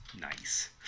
Nice